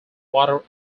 water